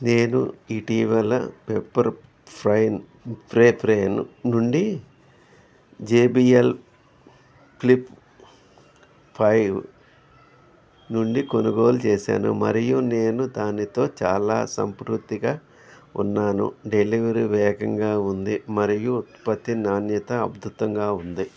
నేను ఇటీవల పెప్పర్ఫ్రై ప్రే ప్రే నుండి జెబిఎల్ ఫ్లిప్ ఫైవ్ నుండి కొనుగోలు చేసాను మరియు నేను దానితో చాలా సంతృప్తిగా ఉన్నాను డెలివరీ వేగంగా ఉంది మరియు ఉత్పత్తి నాణ్యత అద్భుతంగా ఉంది